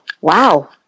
wow